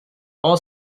all